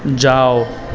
જાવ